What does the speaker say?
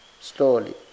slowly